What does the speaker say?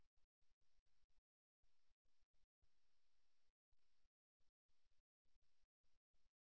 மூடிய மற்றும் திறந்த உடல் நிலைகள் மற்றவர்களுடன் வெளிப்படையாக தொடர்பு கொள்ள வேண்டும் என்ற விருப்பத்தைக் குறிக்கின்றன